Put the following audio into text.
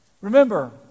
Remember